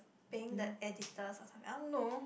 paying the editors I don't know